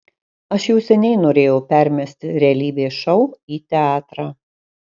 aš jau seniai norėjau permesti realybės šou į teatrą